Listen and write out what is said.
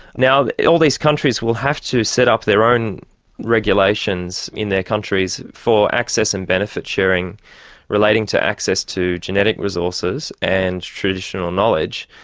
now all these countries will have to set up their own regulations in their countries for access and benefit sharing relating to access to genetic resources, and traditional knowledge.